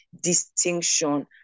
distinction